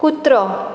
कुत्रो